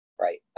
right